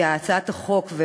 כי הצעת החוק,